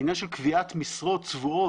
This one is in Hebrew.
העניין של קביעת משרות צבועות,